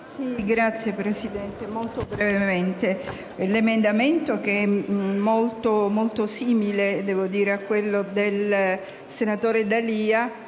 Signora Presidente, l'emendamento 1.253 è molto simile a quello del senatore D'Alia